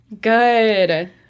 Good